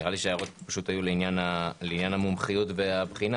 נראה לי שההערות היו לעניין המומחיות והבחינה